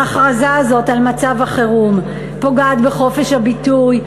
ההכרזה הזו על מצב החירום פוגעת בחופש הביטוי,